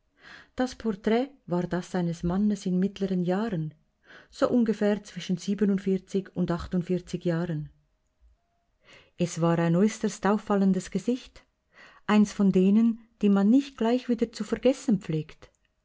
das porträt war das eines mannes in mittleren jahren so ungefähr zwischen sieben und acht jahren es war ein äußerst auffallendes gesicht eins von denen die man nicht gleich wieder zu vergessen pflegt